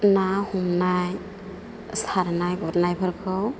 ना हमनाय सारनाय गुरनायफोरखौ